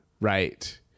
right